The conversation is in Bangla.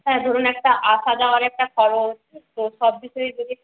হ্যাঁ ধরুন একটা আসা যাওয়ার একটা খরচ তো সব বিষয়ই ধরে